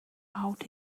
out